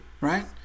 right